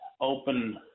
open